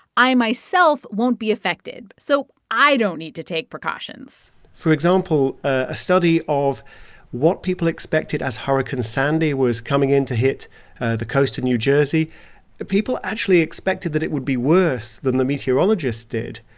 i myself won't be affected, so i don't need to take precautions for example, a study of what people expected as hurricane sandy was coming in to hit the coast in new jersey people actually expected that it would be worse than the meteorologists did.